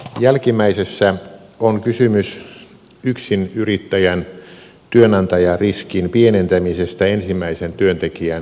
jälkimmäisessä on kysymys yksinyrittäjän työnantajariskin pienentämisestä ensimmäisen työntekijän palkkauksessa